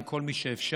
עם כל מי שאפשר,